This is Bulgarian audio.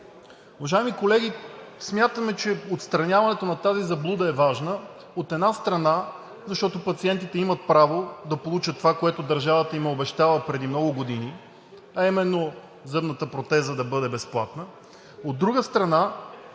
Уважаеми колеги, смятаме, че отстраняването на тази заблуда е важно, от една страна, защото пациентите имат право да получат това, което държавата им е обещала преди много години – именно зъбната протеза да бъде безплатна. От друга страна,